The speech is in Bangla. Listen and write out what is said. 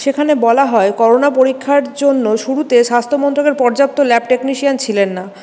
সেখানে বলা হয় করোনা পরীক্ষার জন্য শুরুতে স্বাস্থ্যমন্ত্রকের পর্যাপ্ত ল্যাব টেকনিসিয়ান ছিলেন না